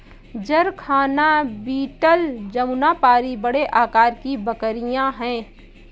जरखाना बीटल जमुनापारी बड़े आकार की बकरियाँ हैं